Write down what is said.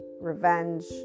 revenge